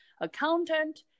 accountant